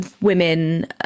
women